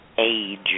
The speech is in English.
age